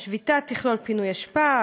השביתה תכלול פינוי אשפה,